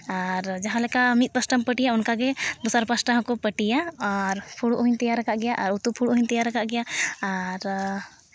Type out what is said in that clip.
ᱟᱨ ᱡᱟᱦᱟᱸ ᱞᱮᱠᱟ ᱢᱤᱫ ᱯᱟᱥᱴᱟᱢ ᱯᱟᱹᱴᱤᱭᱟ ᱚᱱᱠᱟᱜᱮ ᱫᱚᱥᱟᱨ ᱯᱟᱦᱴᱟ ᱦᱚᱸᱠᱚ ᱯᱟᱹᱴᱤᱭᱟ ᱟᱨ ᱯᱷᱩᱲᱩᱜ ᱦᱚᱸᱧ ᱛᱮᱭᱟᱨ ᱠᱟᱜ ᱜᱮᱭᱟ ᱟᱨ ᱩᱛᱩ ᱯᱷᱩᱲᱩᱜ ᱦᱚᱸᱧ ᱛᱮᱭᱟᱨ ᱠᱟᱜ ᱜᱮᱭᱟ ᱟᱨ